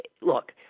look